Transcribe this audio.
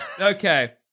Okay